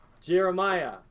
Jeremiah